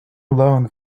alone